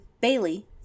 Bailey